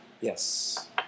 Yes